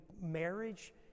marriage